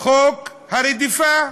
חוק הרדיפה,